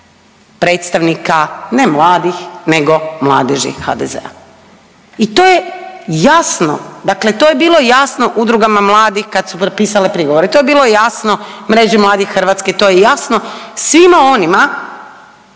predstavnika ne mladih nego Mladeži HDZ-a i to je jasno, dakle to je bilo jasno udrugama mladih kad su pisale prigovore, to je bilo jasni Mreži mladih Hrvatske, to je jasno, svima onima